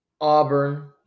Auburn